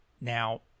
now